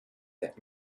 that